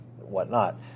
whatnot